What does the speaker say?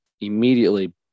immediately